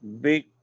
big